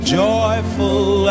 joyful